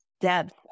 depth